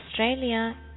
Australia